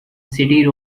city